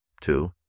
two